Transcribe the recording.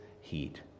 heat